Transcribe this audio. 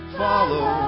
follow